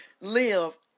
live